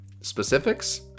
specifics